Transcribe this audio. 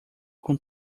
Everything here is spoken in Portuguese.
com